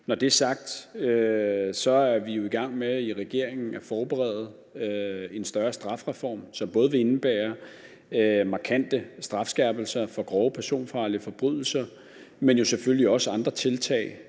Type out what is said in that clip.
Når det er sagt, er vi jo i gang med i regeringen at forberede en større strafreform, som både vil indebære markante strafskærpelser for grove personfarlige forbrydelser, men jo selvfølgelig også andre tiltag,